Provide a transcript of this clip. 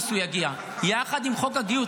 הוא יגיע יחד עם חוק הגיוס.